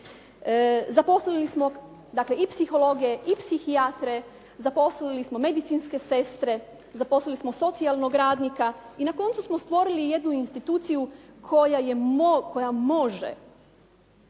zaposlili smo dakle i psihologe i psihijatre, zaposlili smo medicinske sestre, zaposlili smo socijalnog radnika i na koncu smo stvorili jednu instituciju koja može